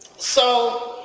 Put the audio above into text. so